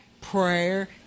Prayer